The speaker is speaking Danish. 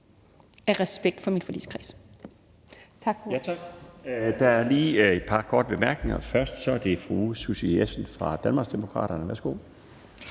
af respekt for min forligskreds